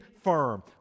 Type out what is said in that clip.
firm